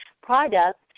products